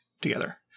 together